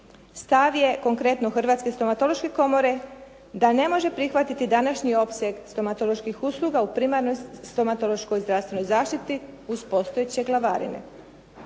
Stav je, konkretno Hrvatske stomatološke komore da ne može prihvatiti današnji opseg stomatoloških usluga u primarnoj stomatološkoj zdravstvenoj zaštiti uz postojeće glavarine.